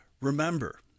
Remember